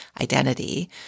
identity